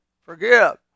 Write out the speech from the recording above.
Forgive